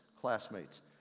classmates